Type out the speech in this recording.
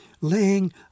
laying